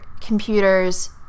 computers